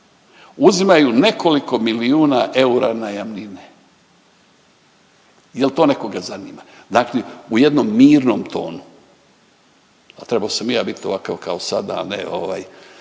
uzimaju nekoliko milijuna eura najamnine. Jel to nekoga zanima? Dakle, u jednom mirnom tonu, a trebao sam i ja biti ovakav kao sada, a ne ovaj,